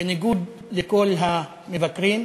בניגוד לכל המבקרים,